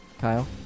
Kyle